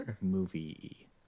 movie